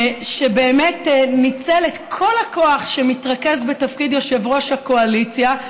שבאמת ניצל את כל הכוח שמתרכז בתפקיד יושב-ראש הקואליציה.